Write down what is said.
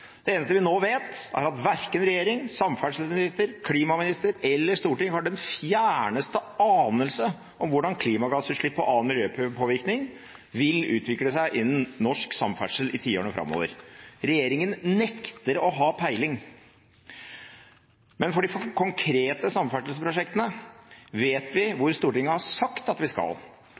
Det eneste vi nå vet, er at verken regjering, samferdselsminister, klimaminister eller storting har den fjerneste anelse om hvordan klimagassutslipp og annen miljøpåvirkning vil utvikle seg innen norsk samferdsel i tiårene framover. Regjeringen nekter å ha peiling. Men for de konkrete samferdselsprosjektene vet vi hvor Stortinget har sagt at vi skal,